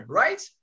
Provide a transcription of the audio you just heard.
right